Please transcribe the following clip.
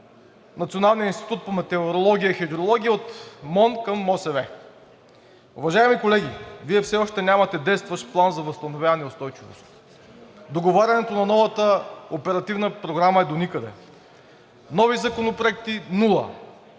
Националния институт по метеорология и хидрология от МОН към МОСВ. Уважаеми колеги, Вие все още нямате действащ План за възстановяване и устойчивост. Договарянето на новата Оперативна програма е доникъде. Нови законопроекти – нула;